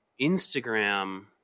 Instagram